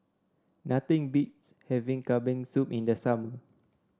nothing beats having Kambing Soup in the summer